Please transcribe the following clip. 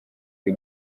iri